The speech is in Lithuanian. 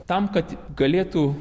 tam kad galėtų